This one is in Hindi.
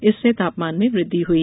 इससे तापमान में वृद्धि हुई